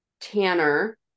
Tanner